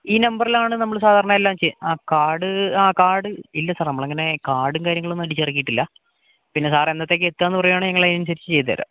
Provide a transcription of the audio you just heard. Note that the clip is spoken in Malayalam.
ഈ നമ്പറിലാണ് നമ്മൾ സാധാരണ എല്ലാം ചെ ആ കാര്ഡ് ആ കാര്ഡ് ഇല്ല സാര് നമ്മളങ്ങനെ കാര്ഡും കാര്യങ്ങളും ഒന്നും അടിച്ചിറക്കിയിട്ടില്ല പിന്നെ സാർ എന്നത്തേക്കാണ് എത്തുകയെന്ന് പറയുവാണെങ്കിൽ ഞങ്ങളതിനനുസരിച്ച് ചെയ്തുതരാം